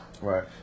right